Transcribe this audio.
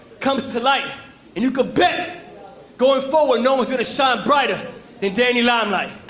comes to like and you can bet going forward, no one's gonna shine brighter than danny limelight.